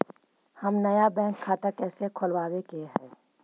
हम नया बैंक खाता कैसे खोलबाबे के है?